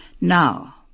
Now